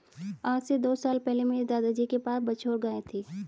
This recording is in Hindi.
आज से दो साल पहले मेरे दादाजी के पास बछौर गाय थी